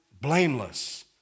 blameless